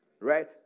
Right